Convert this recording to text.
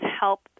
help